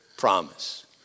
promise